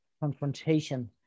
confrontation